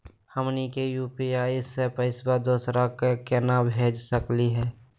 हमनी के यू.पी.आई स पैसवा दोसरा क केना भेज सकली हे?